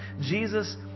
Jesus